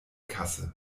kasse